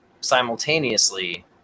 simultaneously